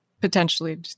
potentially